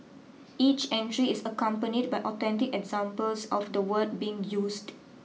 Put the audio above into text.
each entry is accompanied by authentic examples of the word being used